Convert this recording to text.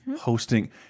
hosting